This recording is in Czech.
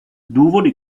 důvody